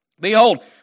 Behold